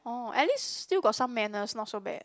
orh at least still got some manners not so bad